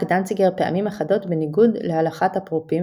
דנציגר פעמים אחדות בניגוד להלכת אפרופים,